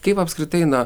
kaip apskritai na